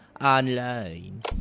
online